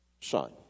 Son